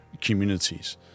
communities